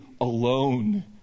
alone